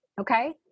okay